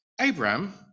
Abraham